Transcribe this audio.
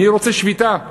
מי רוצה שביתה?